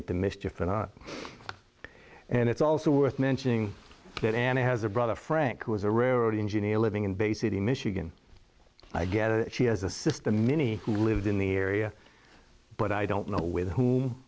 into mischief and and it's also worth mentioning that anna has a brother frank who is a rarity engineer living in bay city michigan i gather she has a system any who lives in the area but i don't know with who